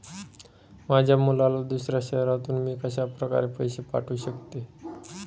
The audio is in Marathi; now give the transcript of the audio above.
माझ्या मुलाला दुसऱ्या शहरातून मी कशाप्रकारे पैसे पाठवू शकते?